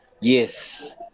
Yes